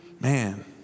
man